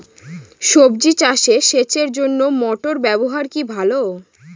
সবজি চাষে সেচের জন্য মোটর ব্যবহার কি ভালো?